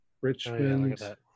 Richmond